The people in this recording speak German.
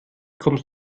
kommst